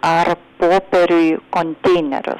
ar popieriui konteinerius